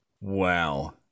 Wow